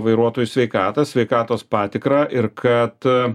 vairuotojų sveikatą sveikatos patikrą ir kad